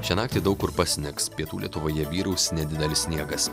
šią naktį daug kur pasnigs pietų lietuvoje vyraus nedidelis sniegas